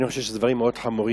אני חושב שאלה דברים מאוד חמורים.